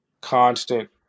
constant